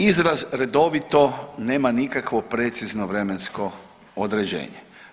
Izraz redovito nema nikakvo precizno vremensko određenje.